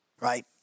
right